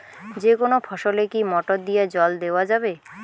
যেকোনো ফসলে কি মোটর দিয়া জল দেওয়া যাবে?